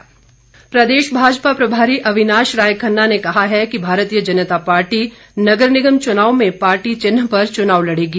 अविनाश राय प्रदेश भाजपा प्रभारी अविनाश राय खन्ना ने कहा है कि भारतीय जनता पार्टी नगर निगम च्नावों में पार्टी चिन्ह पर चुनाव लड़ेगी